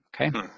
okay